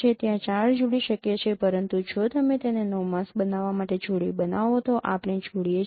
ત્યાં ચાર જોડી શક્ય છે પરંતુ જો તમે તેને ૯ માસ્ક બનાવવા માટે જોડી બનાવો તો આપણે જોડીએ છીએ